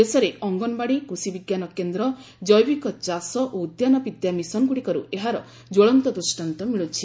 ଦେଶରେ ଅଙ୍ଗନବାଡ଼ି କୃଷିବିଜ୍ଞାନ କେନ୍ଦ୍ର ଜୈବିକ ଚାଷ ଓ ଉଦ୍ୟାନ ବିଦ୍ୟା ମିଶନଗୁଡ଼ିକରୁ ଏହାର ଜ୍ୱଳନ୍ତ ଦୃଷ୍ଟାନ୍ତ ମିଳୁଛି